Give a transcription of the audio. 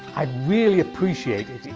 i'd really appreciate it,